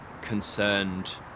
concerned